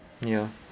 ya